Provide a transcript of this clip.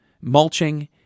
mulching